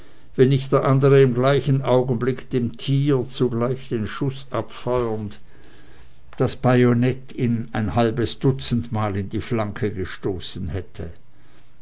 wenn nicht der andere im gleichen augenblick dem tier zugleich den schuß abfeuernd das bajonett ein halbes dutzendmal in die flanke gestoßen hätte